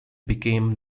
became